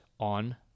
on